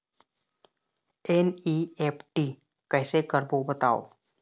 NEFT कैसे करबो बताव?